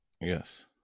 Yes